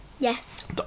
Yes